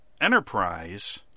Enterprise